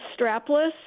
strapless